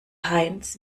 heinz